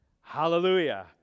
Hallelujah